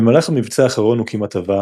במהלך המבצע האחרון הוא כמעט טבע,